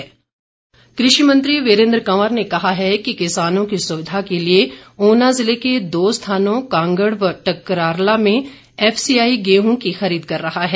वीरेन्द्र कंवर कृषि मंत्री वीरेन्द्र कंवर ने कहा है कि किसानों की सुविधा के लिए ऊना ज़िले के दो स्थानों कांगड़ व टकारला में एफसीआई गेहूं की खरीद कर रहा है